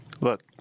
Look